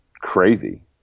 crazy